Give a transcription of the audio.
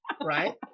right